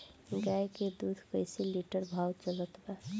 गाय के दूध कइसे लिटर भाव चलत बा?